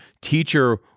teacher